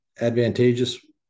advantageous